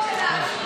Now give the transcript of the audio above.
טלי.